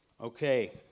Okay